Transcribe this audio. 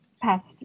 past